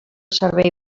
servei